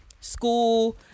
school